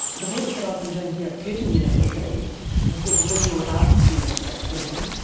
the work that i've been doing here at curtin university was with the visual arts students at curtin,